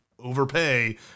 overpay